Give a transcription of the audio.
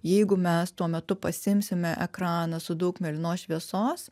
jeigu mes tuo metu pasiimsime ekranų su daug mėlynos šviesos